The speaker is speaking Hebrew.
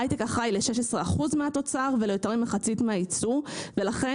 ההיי-טק אחראי ל-16 אחוזים מהתוצר וליותר ממחצית מהייצוא ולכן